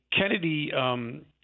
Kennedy